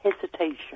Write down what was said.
hesitation